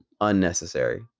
unnecessary